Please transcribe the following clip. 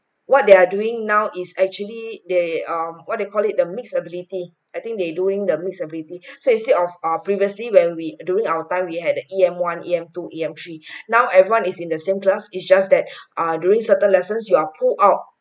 what they are doing now is actually they um what they call it the mix ability I think they doing the mix ability so instead of previously when we during our time we had E_M one E_M two E_M three now everyone is in the same class its just that err during certain lessons you are pull out